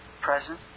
present